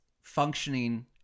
functioning